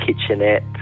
kitchenette